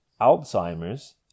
Alzheimer's